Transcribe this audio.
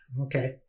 okay